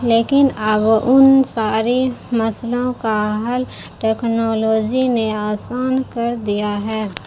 لیکن اب ان ساری مسئلوں کا حل ٹیکنالوزی نے آسان کر دیا ہے